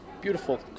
beautiful